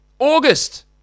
August